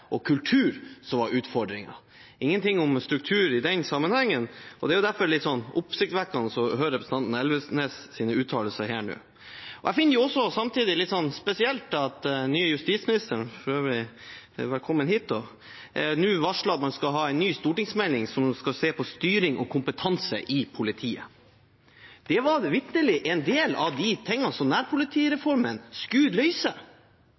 ingenting om struktur i den sammenheng. Det er derfor litt oppsiktsvekkende å høre representanten Elvenes’ uttalelser her nå. Jeg finner det samtidig litt spesielt at den nye justisministeren – velkommen hit, for øvrig – nå varsler at man skal ha en ny stortingsmelding, som skal se på styring og kompetanse i politiet. Det var da vitterlig en del av de tingene som